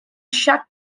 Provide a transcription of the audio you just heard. shut